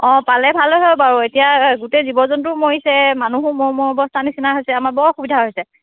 অঁ পালে ভাল হয় বাৰু এতিয়া গোটেই জীৱ জন্তুও মৰিছে মানুহো মৰো মৰো অৱস্থা নিচিনা হৈছে আমাৰ বৰ অসুবিধা হৈছে